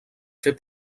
fer